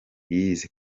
yize